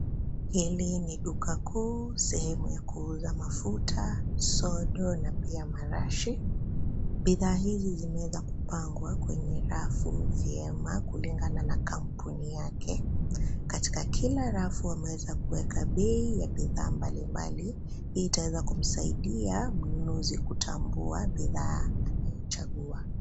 Hili ni duka kuu sehemu ya kuuza mafuta, soda na pia marashi, bidhaa hizi zimeweza kupangwa kwenye rafu vyema kulingana na kampeni yake, katika kila rafu wameweza kueka bei ya bidhaa mbalimbali, hii itaweza kumsaidia mnunuzi kutambua bidhaa anayochagua.